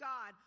God